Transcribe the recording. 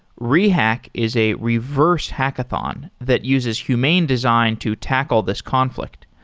rehack is a reverse hackathon that uses humane design to tackle this conflict.